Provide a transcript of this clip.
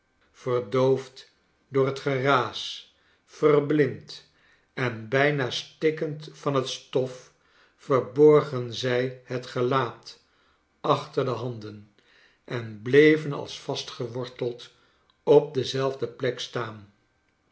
verdoofd door het geraas verblind en bijna stikkend van het stof verborgen zij het gelaat achter de handen en bleven als vastgeworteld op dezelfde plek staan